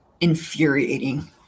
infuriating